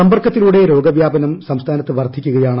സമ്പർക്കത്തിലൂടെ രോഗവ്യാപനം സംസ്ഥാനത്ത് വർദ്ധിക്കുകയാണ്